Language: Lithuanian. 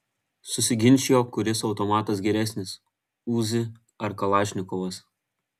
susiginčijo kuris automatas geresnis uzi ar kalašnikovas